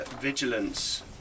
vigilance